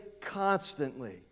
constantly